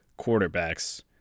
quarterbacks